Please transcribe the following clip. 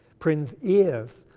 prynne's ears,